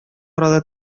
арада